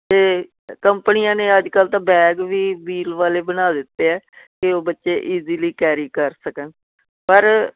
ਅਤੇ ਕੰਪਨੀਆਂ ਨੇ ਅੱਜ ਕੱਲ੍ਹ ਤਾਂ ਬੈਗ ਵੀ ਬੀਲ ਵਾਲੇ ਬਣਾ ਦਿੱਤੇ ਆ ਕਿ ਉਹ ਬੱਚੇ ਈਜ਼ੀਲੀ ਕੈਰੀ ਕਰ ਸਕਣ ਪਰ